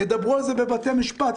ידברו על זה בבתי-משפט,